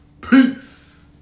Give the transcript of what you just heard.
Peace